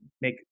make